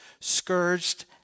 scourged